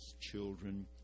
children